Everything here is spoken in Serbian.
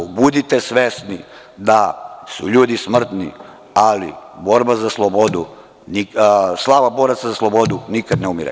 Budite svesni da su ljudi smrtni, ali slava boraca za slobodu nikad ne umire.